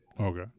Okay